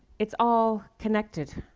it's all connected.